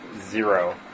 Zero